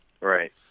Right